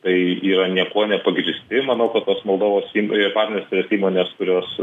tai yra niekuo nepagrįsti manau kad tos moldovos padnestrės įmonės kurios